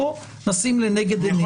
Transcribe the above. בוא נשים לנגד עינינו,